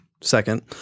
second